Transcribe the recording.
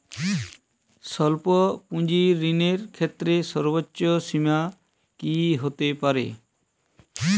স্বল্প পুঁজির ঋণের ক্ষেত্রে সর্ব্বোচ্চ সীমা কী হতে পারে?